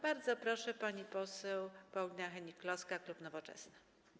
Bardzo proszę, pani poseł Paulina Hennig-Kloska, klub Nowoczesna.